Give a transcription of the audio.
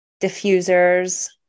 diffusers